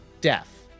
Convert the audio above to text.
Death